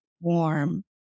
warm